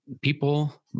people